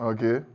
Okay